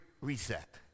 Reset